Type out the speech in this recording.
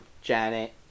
Janet